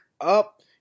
up